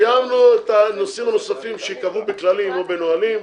סיימנו את הנושאים הנוספים שייקבעו בכללים או בנהלים,